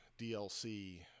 DLC